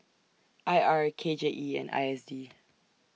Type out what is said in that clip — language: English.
I R K J E and I S D